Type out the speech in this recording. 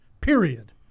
Period